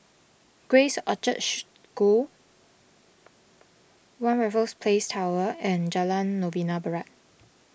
Grace Orchard School one Raffles Place Tower and Jalan Novena Barat